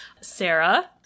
Sarah